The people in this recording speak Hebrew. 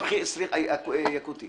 סליחה, יקוטי